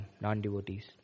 non-devotees